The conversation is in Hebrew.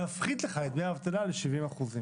נפחית לך את דמי האבטלה ל-70%.